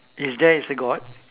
is there is a god